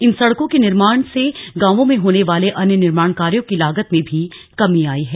इन सड़कों के निर्माण से गांवों में होने वाले अन्य निर्माण कार्यों की लागत में भी कमी आई है